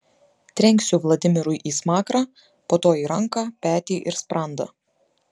trenksiu vladimirui į smakrą po to į ranką petį ir sprandą